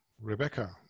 Rebecca